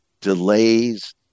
delays